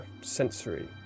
sensory